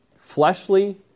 fleshly